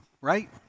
right